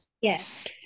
Yes